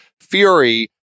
Fury